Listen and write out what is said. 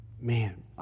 Man